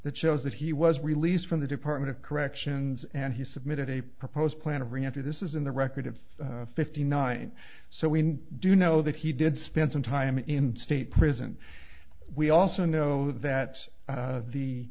that shows that he was released from the department of corrections and he submitted a proposed plan of re entry this is in the record of fifty nine so we do know that he did spend some time in state prison we also know that